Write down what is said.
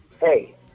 hey